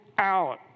out